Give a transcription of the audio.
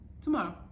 tomorrow